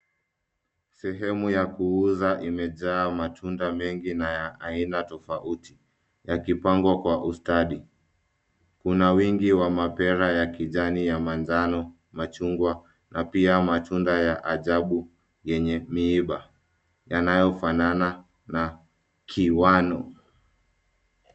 Sehemu ya kuuza imejaa matunda mengi na ya aina tofauti yakipangwa kwa ustadi, kuna wingi wa mapera ya kijani ya manjano na chungwa na pia matunda ya ajabu yenye miiba yanayofanana na kiwano.